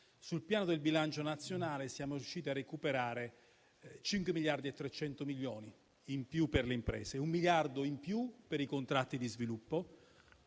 Sul piano del bilancio nazionale, siamo riusciti a recuperare 5,3 miliardi in più per le imprese; un miliardo in più per i contratti di sviluppo;